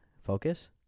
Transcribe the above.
Focus